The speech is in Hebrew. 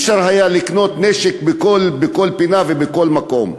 אפשר לקנות נשק בכל פינה ובכל מקום.